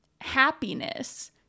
happiness